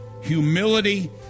humility